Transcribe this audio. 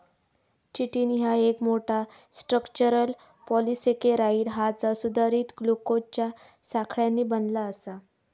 chitin ह्या एक मोठा, स्ट्रक्चरल पॉलिसेकेराइड हा जा सुधारित ग्लुकोजच्या साखळ्यांनी बनला आसा